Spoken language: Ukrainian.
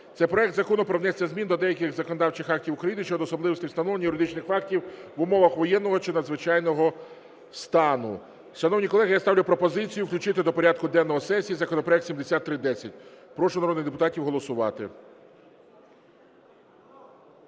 це проект Закону про внесення змін до деяких законодавчих актів України щодо особливостей встановлення юридичних фактів в умовах воєнного чи надзвичайного стану. Шановні колеги, я ставлю пропозицію включити до порядку денного сесії законопроект 7310. Прошу народних депутатів голосувати.